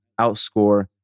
outscore